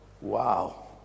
wow